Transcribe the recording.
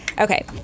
Okay